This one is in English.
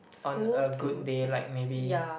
on a good day like maybe